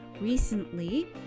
recently